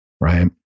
right